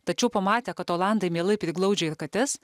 tačiau pamatę kad olandai mielai priglaudžia ir kates